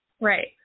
Right